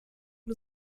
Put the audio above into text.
nur